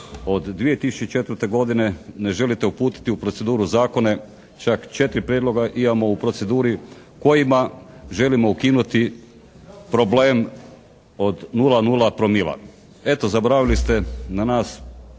od 2004. godine ne želite uputiti u proceduru zakone. Čak 4 prijedloga imamo u proceduri kojima želimo ukinuti problem od 0,0 promila. Eto, zaboravili ste na nas,